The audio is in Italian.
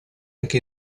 anche